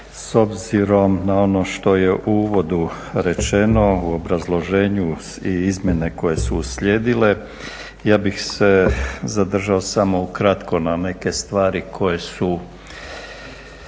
s obzirom na ono što je u uvodu rečeno u obrazloženju i izmjene koje su uslijedile. Ja bih se zadržao samo ukratko na neke stvari koje su,